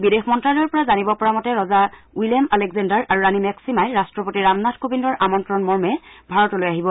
বিদেশ মন্ত্যালয়ৰ পৰা জানিব পৰা মতে ৰজা ৱিলেম আলেকজেণ্ডাৰ আৰু ৰাণী মেক্সিমাই ৰাট্টপতি ৰামনাথ কোবিন্দৰ আমন্তণমৰ্মে ভাৰতলৈ আহিব